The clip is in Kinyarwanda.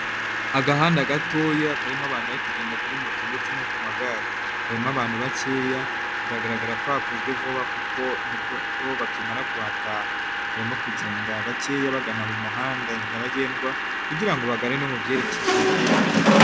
Agahanda gatoya karimo abantu bari kugenda kuri moto ndetse no ku magare. Harimo abantu bakeya, biragaragara ko hakozwe vuba kuko nibwo bakimara kuhataha. Harimo kugenda bakeya bagana mu muhanda nyabagendwa kugira ngo bagane no mu byerekezo bigiye bitandukanye.